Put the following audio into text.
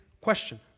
question